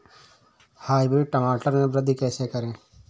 Hybrid टमाटर में वृद्धि कैसे करें?